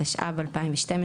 התשע"ב- 2012,